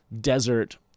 desert